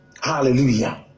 Hallelujah